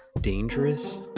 dangerous